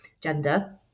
gender